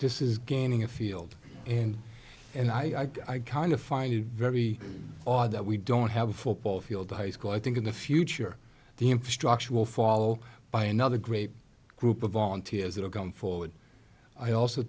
is gaining a field and and i kind of find it very odd that we don't have a football field to high school i think in the future the infrastructure will follow by another great group of volunteers that have come forward i also